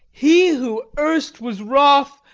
he who erst was wrath,